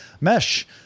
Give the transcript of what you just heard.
Mesh